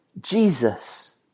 jesus